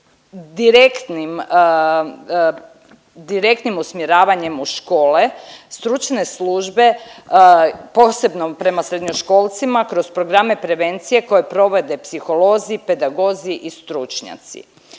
direktnim usmjeravanjem u škole stručne službe, posebno prema srednjoškolcima kroz programe prevencije koje provode psiholozi, pedagozi i stručnjaci.